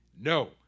No